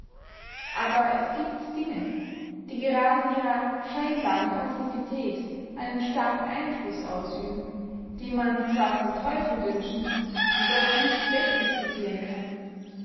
aber es gibt dinge die gerade in ihrer scheinbaren passivität einen starken einfluß ausüben die man zwar zum teufel wünschen jedoch nicht wegdisputiern kann